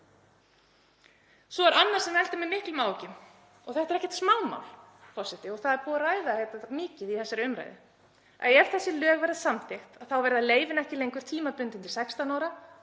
Svo er annað sem veldur mér miklum áhyggjum, — og þetta er ekkert smámál, forseti, það er búið að ræða þetta mikið í þessari umræðu — að ef þessi lög verða samþykkt þá verða leyfin ekki lengur tímabundin til 16 ára